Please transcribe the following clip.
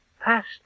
past